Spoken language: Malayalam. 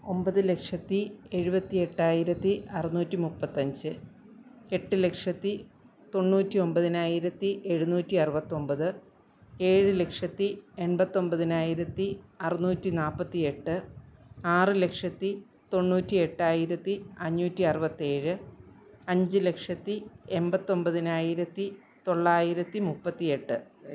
ഒൻപത് ലക്ഷത്തി എഴുപത്തി എട്ടായിരത്തി അറുന്നൂറ്റി മുപ്പത്തി അഞ്ച് എട്ട് ലക്ഷത്തി തൊണ്ണൂറ്റി ഒമ്പതിനായിരത്തി എഴുന്നൂറ്റി അറുപത്തി ഒൻപത് ഏഴു ലക്ഷത്തി എണ്പത്തി ഒൻപതിനായിരത്തി അറുന്നൂറ്റി നാൽപ്പത്തി എട്ട് ആറ് ലക്ഷത്തി തൊണ്ണൂറ്റി എട്ടായിരത്തി അഞ്ഞൂറ്റി അറുപത്തി ഏഴ് അഞ്ചു ലക്ഷത്തി എൺപത്തി ഒൻപതിനായിരത്തി തൊള്ളായിരത്തി മുപ്പത്തി എട്ട്